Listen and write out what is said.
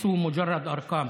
(אומר בערבית: